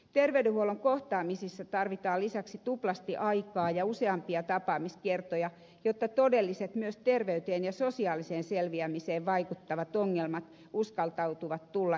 terveydenhuollon kohtaamisissa tarvitaan lisäksi tuplasti aikaa ja useampia tapaamiskertoja jotta todelliset myös terveyteen ja sosiaaliseen selviämiseen vaikuttavat ongelmat uskaltautuvat tulla ilmi